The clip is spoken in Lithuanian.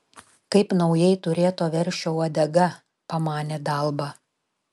kaip naujai turėto veršio uodega pamanė dalba